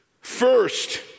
First